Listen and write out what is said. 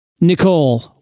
Nicole